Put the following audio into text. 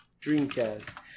Dreamcast